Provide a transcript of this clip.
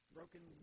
Broken